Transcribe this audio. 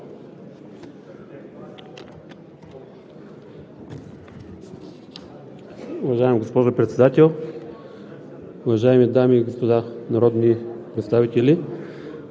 Уважаема госпожо Председател, уважаеми дами и господа народни представители!